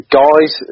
guys